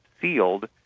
sealed